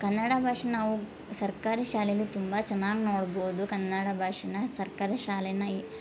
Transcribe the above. ಕನ್ನಡ ಭಾಷೆ ನಾವು ಸರ್ಕಾರಿ ಶಾಲೆಯಲ್ಲಿ ತುಂಬ ಚೆನ್ನಾಗಿ ನೋಡ್ಬೋದು ಕನ್ನಡ ಭಾಷೆನ ಸರ್ಕಾರಿ ಶಾಲೆನ